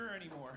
anymore